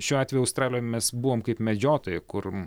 šiuo atveju australijoj mes buvom kaip medžiotojai kur